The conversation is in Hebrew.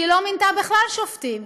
כי היא לא מינתה בכלל שופטים.